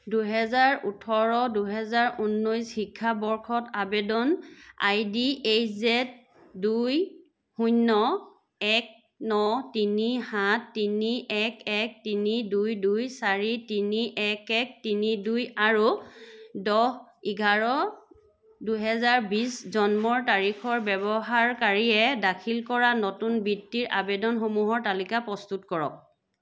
দুহেজাৰ ওঠৰ দুহেজাৰ ঊনৈছ শিক্ষাবৰ্ষত আবেদন আইডি এইচ যেদ দুই শূন্য এক ন তিনি সাত তিনি এক এক তিনি দুই দুই চাৰি তিনি এক এক তিনি দুই আৰু দহ এঘাৰ দুহেজাৰ বিছ জন্মৰ তাৰিখৰ ব্যৱহাৰকাৰীয়ে দাখিল কৰা নতুন বৃত্তিৰ আবেদনসমূহৰ তালিকা প্ৰস্তুত কৰক